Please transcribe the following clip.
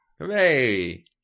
Hooray